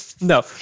no